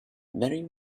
very